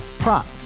Prop